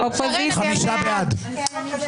מי נגד?